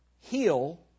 heal